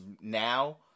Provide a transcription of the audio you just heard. now